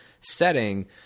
setting